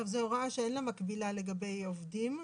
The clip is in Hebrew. זו הוראה שאין לה מקבילה לגבי עובדים,